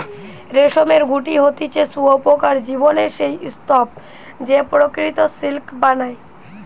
রেশমের গুটি হতিছে শুঁয়োপোকার জীবনের সেই স্তুপ যে প্রকৃত সিল্ক বানায়